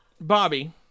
Bobby